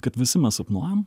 kad visi mes sapnuojam